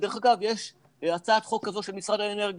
ודרך אגב יש הצעת חוק כזו של משרד האנרגיה,